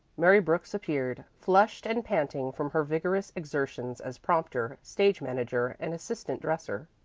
mary brooks appeared, flushed and panting from her vigorous exertions as prompter, stage manager, and assistant dresser,